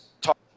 talk